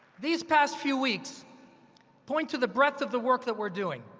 these past few weeks point to the breadth of the work that we're doing.